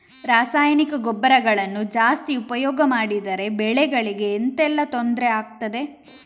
ರಾಸಾಯನಿಕ ಗೊಬ್ಬರಗಳನ್ನು ಜಾಸ್ತಿ ಉಪಯೋಗ ಮಾಡಿದರೆ ಬೆಳೆಗಳಿಗೆ ಎಂತ ಎಲ್ಲಾ ತೊಂದ್ರೆ ಆಗ್ತದೆ?